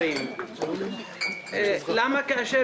13:02) רציתי לברר מה הקשר בין שני דברים: למה כאשר